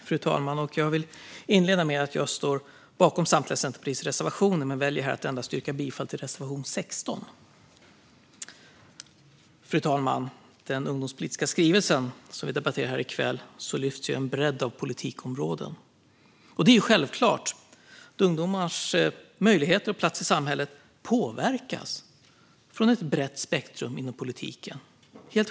Fru talman! Jag står bakom Centerpartiets samtliga reservationer, men jag väljer att yrka bifall endast till reservation 16. Fru talman! I den ungdomspolitiska skrivelsen, som vi debatterar i kväll, lyfts en bredd av politikområden fram. Det är självklart att ungdomars möjligheter och plats i samhället påverkas av ett brett spektrum inom politiken.